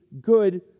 good